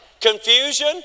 confusion